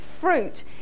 fruit